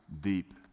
deep